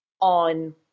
on